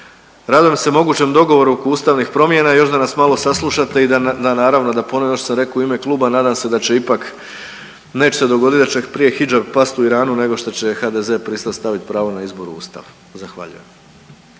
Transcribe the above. radujem se mogućem dogovoru oko ustavnih promjena. Još da nas malo saslušate i da, naravno da ponovim ono što sam rekao u ime kluba nadam se da će ipak, neće se dogoditi da će prije hidžab pasti u Iranu, nego što će HDZ-e pristati staviti pravo na izbor u Ustav. Zahvaljujem.